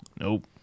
Nope